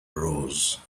rose